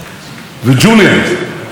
שעלה מקנדה,